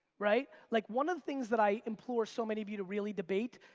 right? like, one of the things that i implore so many of you to really debate,